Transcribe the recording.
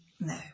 No